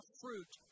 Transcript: fruit